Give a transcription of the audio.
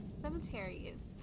cemeteries